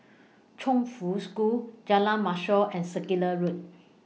Chongfu School Jalan Mashor and Circular Road